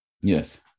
yes